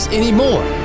anymore